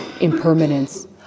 impermanence